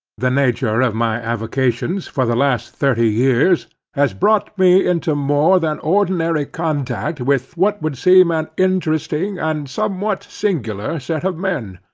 the nature of my avocations for the last thirty years has brought me into more than ordinary contact with what would seem an interesting and somewhat singular set of men,